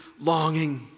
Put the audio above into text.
Longing